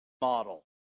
model